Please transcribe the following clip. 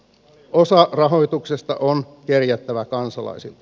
osa rahoituksesta on kerjättävä kansalaisilta